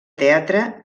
teatre